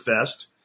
fest